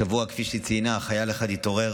כפי שהיא ציינה, חייל אחד התעורר